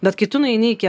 bet kai tu nueini iki